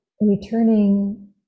returning